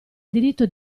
diritto